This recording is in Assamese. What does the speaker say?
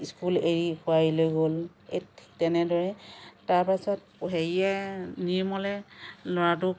স্কুল এৰি কোৱাৰিলে গ'ল ঠিক তেনেদৰে তাৰপাছত হেৰিয়ে নিৰ্মলে ল'ৰাটোক